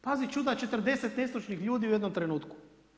Pazi čuda 40 nestručnih ljudi u jednom trenutku!